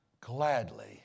gladly